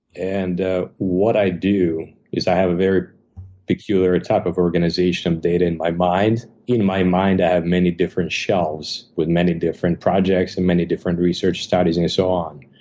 and ah what i do is i have a very peculiar type of organization data in my mind. in my mind, have many different shelves, with many different projects, and many different research studies, and so on.